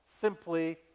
simply